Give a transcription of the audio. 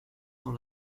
dans